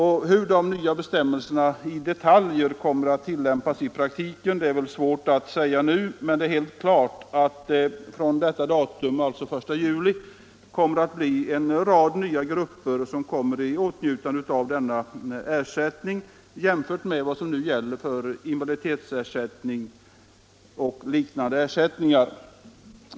Hur de nya bestämmelserna i detaljer kommer att tillämpas i praktiken är det svårt att säga nu, men det är helt klart att en rad nya grupper från den 1 juli kommer i åtnjutande av denna ersättning jämfört med vad som nu gäller beträffande invaliditetsersättning och liknande ersättningar.